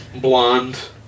blonde